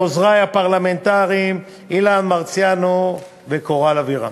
לעוזרי הפרלמנטריים אילן מרסיאנו וקורל אבירם.